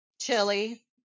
Chili